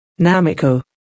Namiko